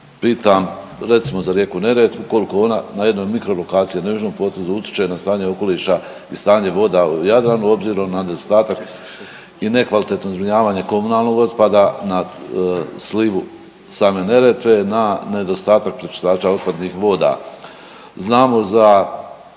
Pitam recimo za rijeku Neretvu kolko ona na jednoj mikro lokaciji na južnom potezu utječe na stanje okoliša i stanje voda u Jadranu obzirom na nedostatak i nekvalitetno zbrinjavanje komunalnog otpada na slivu same Neretve na nedostatak pročišćivača otpadnih voda? Znamo za